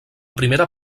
primera